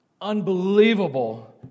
unbelievable